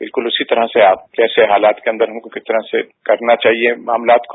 बिल्कुल उसी तरह से ऐसे हालात के अंदर हमको कितना करना चाहिए मामलात को